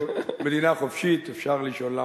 מדינה חופשית, אפשר לשאול למה.